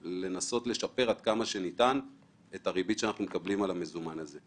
ולנסות לשפר עד כמה שניתן את הריבית שאנחנו מקבלים על המזומן הזה.